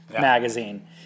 magazine